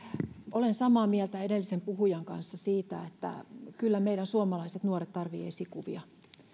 olen samaa mieltä edellisen puhujan kanssa siitä että kyllä meidän suomalaiset nuoret tarvitsevat esikuvia